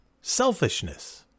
selfishness